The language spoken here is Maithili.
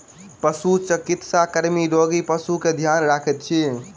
पशुचिकित्सा कर्मी रोगी पशु के ध्यान रखैत अछि